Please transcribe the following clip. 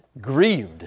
grieved